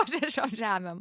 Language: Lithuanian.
po šešiom žemėm